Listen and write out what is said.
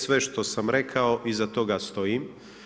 Sve što sam rekao, iza toga stojim.